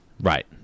Right